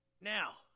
Now